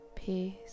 peace